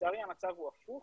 לצערי המצב הוא הפוך,